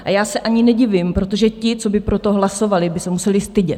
A já se ani nedivím, protože ti, co by pro to hlasovali, by se museli stydět!